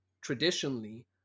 traditionally